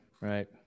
right